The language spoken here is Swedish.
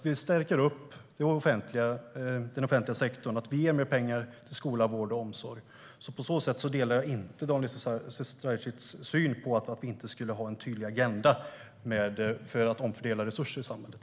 Vi stärker den offentliga sektorn. Vi ger mer pengar till skola, vård och omsorg. På så sätt delar jag inte Daniel Sestrajcics syn, att vi inte skulle ha en tydlig agenda för att omfördela resurser i samhället.